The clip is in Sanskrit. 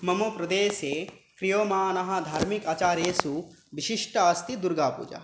मम प्रदेशे क्रियमाणधार्मिक आचारेषु विशिष्टा अस्ति दुर्गापूजा